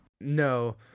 No